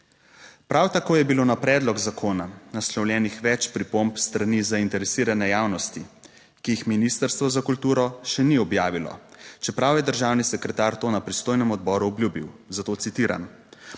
Prav tako je bilo na predlog zakona naslovljenih več pripomb s strani zainteresirane javnosti, ki jih Ministrstvo za kulturo še ni objavilo, čeprav je državni sekretar to na pristojnem odboru obljubil, zato citiram: